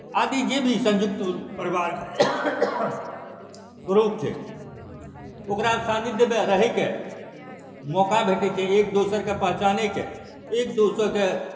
आदि जे भी सँयुक्त परिवार श्रोत छै ओकरा सान्निध्यमे रहयके मौका भेटैत छै एक दोसरके पहचानैके एक दोसरके